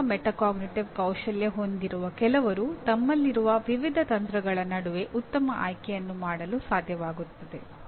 ಉತ್ತಮ ಮೆಟಾಕಾಗ್ನಿಟಿವ್ ಕೌಶಲ್ಯ ಹೊಂದಿರುವ ಕೆಲವರು ತಮ್ಮಲ್ಲಿರುವ ವಿವಿಧ ತಂತ್ರಗಳ ನಡುವೆ ಉತ್ತಮ ಆಯ್ಕೆಯನ್ನು ಮಾಡಲು ಸಾಧ್ಯವಾಗುತ್ತದೆ